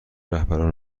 رهبران